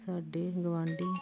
ਸਾਡੇ ਗੁਆਂਢੀ